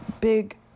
big